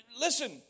listen